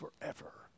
forever